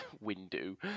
window